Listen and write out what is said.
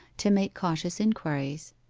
to make cautious inquiries.